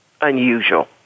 unusual